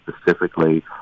specifically